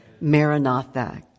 Maranatha